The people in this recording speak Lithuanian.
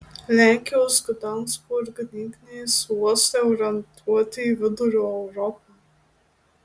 lenkijos gdansko ir gdynės uostai orientuoti į vidurio europą